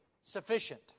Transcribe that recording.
sufficient